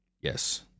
Yes